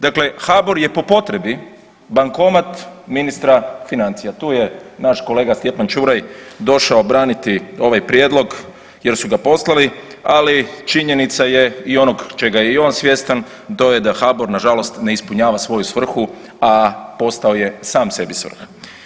Dakle, HBOR je po potrebi bankomat ministra financija, tu je naš kolega Stjepan Čuraj došao braniti ovaj prijedlog jer su ga poslali, ali činjenica je i onog čega je i on svjestan to je da HBOR nažalost ne ispunjava svoju svrhu, a postao je sam sebi svrha.